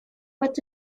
это